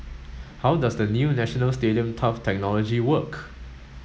how does the new National Stadium turf technology work